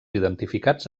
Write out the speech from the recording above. identificats